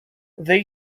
they